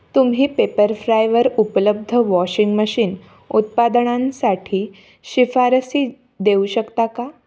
तुम्ही पेपरफ्रायवर उपलब्ध वॉशिंग मशीन उत्पादनांसाठी शिफारसी देऊ शकता का